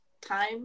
time